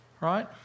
Right